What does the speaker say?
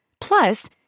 Plus